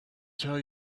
tell